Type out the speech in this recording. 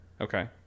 Okay